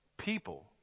People